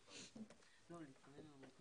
לא רק בישראל.